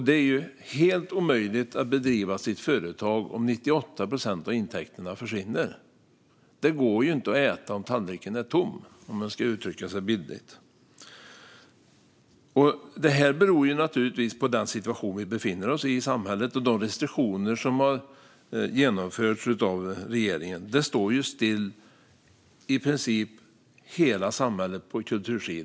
Det är helt omöjligt att driva sitt företag om 98 procent av intäkterna försvinner. Det går inte att äta om tallriken är tom, om man får uttrycka sig bildligt. Detta beror naturligtvis på den situation som samhället befinner sig i liksom på de restriktioner som regeringen har infört. I princip hela kultursidan av samhället står stilla.